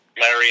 Larry